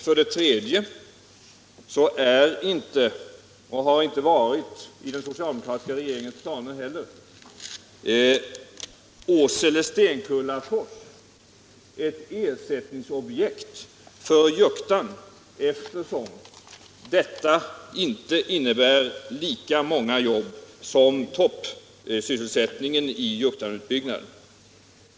För det tredje är inte — och det gällde även den socialdemokratiska regeringens planer — Åsele och Stenkullafors ett ersättningsobjekt för Juktan, eftersom detta projekt inte ger lika många jobb som toppsysselsättningen i Juktanutbyggnaden.